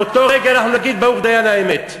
באותו הרגע אנחנו נגיד: ברוך דיין האמת.